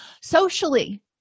Socially